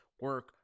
Work